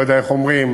לא יודע איך אומרים,